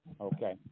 Okay